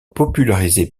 popularisé